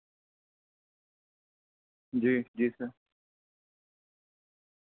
جی جی سر